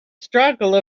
struggle